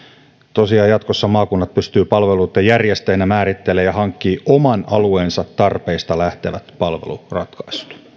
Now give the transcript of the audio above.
tosiaan jatkossa maakunnat pystyvät palveluitten järjestäjinä määrittelemään ja hankkimaan oman alueensa tarpeista lähtevät palveluratkaisut